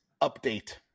update